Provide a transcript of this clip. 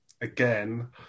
again